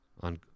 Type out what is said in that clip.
on